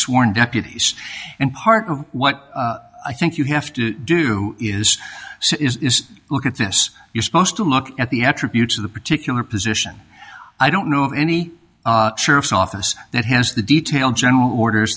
sworn deputies and part of what i think you have to do is look at this you're supposed to look at the attributes of the particular position i don't know of any sheriff's office that has the detailed general orders